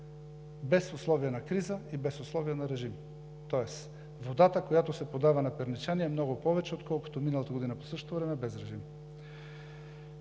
без условията на криза и без условията на режим. Тоест водата, която се подава на перничани, е много повече, отколкото миналата година по същото време и без режим.